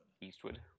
Eastwood